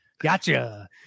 gotcha